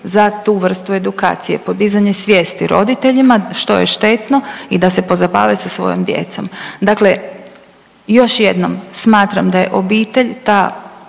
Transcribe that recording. za tu vrstu edukacije, podizanje svijesti roditeljima što je štetno i da se pozabave sa svojom djecom. Dakle, još jednom smatram da je obitelj ta